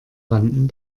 rannten